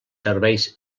serveis